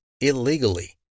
illegally